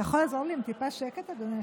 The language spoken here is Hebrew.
אתה יכול לעזור לי עם טיפה שקט, אדוני היושב-ראש?